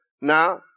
Now